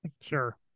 Sure